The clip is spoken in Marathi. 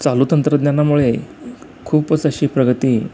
चालू तंत्रज्ञानामुळे खूपच अशी प्रगती